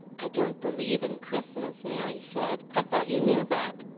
i don't believe in christmas, mary said. i thought you knew that.